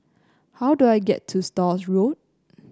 how do I get to Stores Road